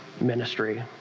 ministry